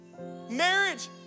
Marriage